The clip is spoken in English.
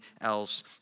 else